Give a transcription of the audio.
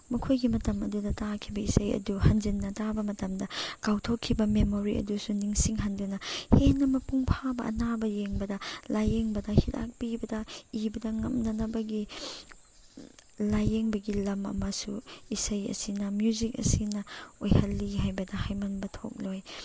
ꯃꯈꯣꯏꯒꯤ ꯃꯇꯝ ꯑꯗꯨꯗ ꯇꯥꯈꯤꯕ ꯏꯁꯩ ꯑꯗꯨ ꯍꯟꯖꯤꯟꯅ ꯇꯥꯕ ꯃꯇꯝꯗ ꯀꯥꯎꯊꯣꯛꯈꯤꯕ ꯃꯦꯃꯣꯔꯤ ꯑꯗꯨꯁꯨ ꯅꯤꯡꯁꯤꯡꯍꯟꯗꯨꯅ ꯍꯦꯟꯅ ꯃꯄꯨꯡ ꯐꯥꯕ ꯑꯅꯥꯕ ꯌꯦꯡꯕꯗ ꯂꯥꯌꯦꯡꯕꯗ ꯍꯤꯗꯥꯛ ꯄꯤꯕꯗ ꯏꯕꯗ ꯉꯝꯅꯅꯕꯒꯤ ꯂꯥꯏꯌꯦꯡꯕꯒꯤ ꯂꯝ ꯑꯃꯁꯨ ꯏꯁꯩ ꯑꯁꯤꯅ ꯃ꯭ꯌꯨꯖꯤꯛ ꯑꯁꯤꯅ ꯑꯣꯏꯍꯜꯂꯤ ꯍꯥꯏꯕꯗ ꯍꯥꯏꯃꯟꯕ ꯊꯣꯛꯂꯣꯏ